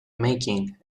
making